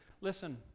Listen